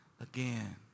again